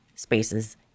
spaces